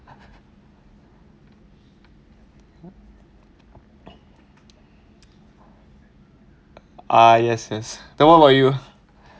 ah yes yes then what about you